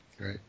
Right